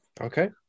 Okay